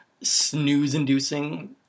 snooze-inducing